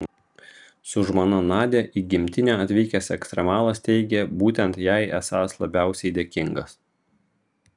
su žmona nadia į gimtinę atvykęs ekstremalas teigė būtent jai esąs labiausiai dėkingas